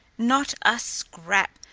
not a scrap.